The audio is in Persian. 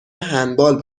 هندبال